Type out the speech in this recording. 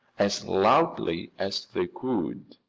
as loudly as they could.